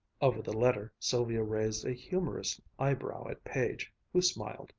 over the letter sylvia raised a humorous eyebrow at page, who smiled,